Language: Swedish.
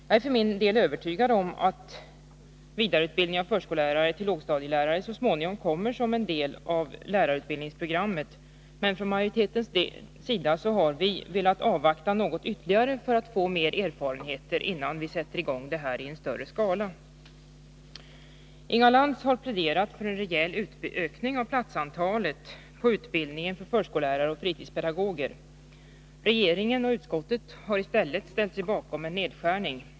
Jag är för min del övertygad om att vidareutbildning av förskollärare och lågstadielärare så småningom kommer som en del av lärarutbildningsprogrammet. Men majoriteten har velat avvakta något ytterligare för att få mer erfarenheter innan vi sätter i gång detta i en större skala. Inga Lantz pläderade för en rejäl ökning av antalet utbildningsplatser för förskollärare och fritidspedagoger. Regeringen och utskottet har i stället ställt sig bakom en nedskärning.